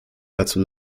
dazu